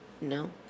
No